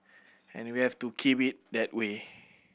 and we have to keep it that way